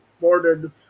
bordered